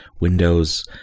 Windows